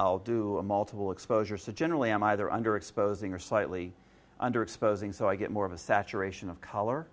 i'll do a multiple exposures to generally am either underexposing or slightly underexposing so i get more of a saturation of color